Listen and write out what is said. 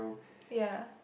ya